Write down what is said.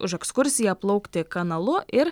už ekskursiją plaukti kanalu ir